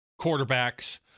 quarterbacks